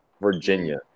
Virginia